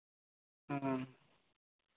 ᱦᱮᱸ